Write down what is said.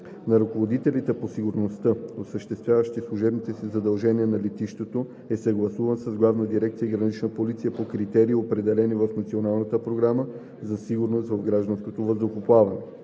на ръководителите по сигурността, осъществяващи служебните си задължения на летището, е съгласуван с Главна дирекция „Гранична полиция“ по критерии, определени в Националната програма за сигурност в гражданското въздухоплаване;